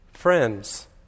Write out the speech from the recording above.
Friends